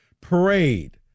parade